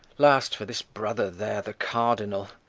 last, for this brother there, the cardinal,